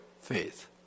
faith